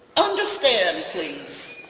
understand please